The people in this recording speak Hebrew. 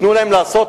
תנו להם לעשות,